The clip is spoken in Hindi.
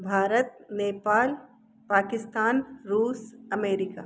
भारत नेपाल पाकिस्तान रूस अमेरिका